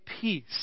peace